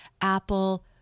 Apple